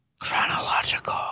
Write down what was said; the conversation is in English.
Chronological